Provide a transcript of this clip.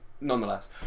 nonetheless